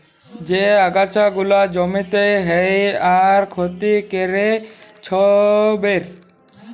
যে আগাছা গুলা জমিতে হ্যয় আর ক্ষতি ক্যরে ছবের